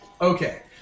Okay